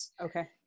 okay